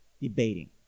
debating